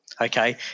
okay